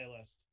playlist